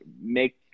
make